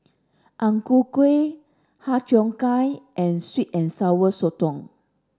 Ang Ku Kueh Har Cheong Gai and sweet and sour sotong